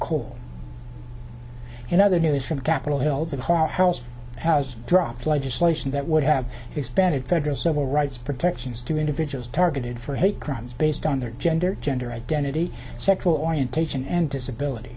coal in other news from capitol hill to the whore house has dropped legislation that would have expanded federal civil rights protections to individuals targeted for hate crimes based on their gender gender identity sexual orientation and disability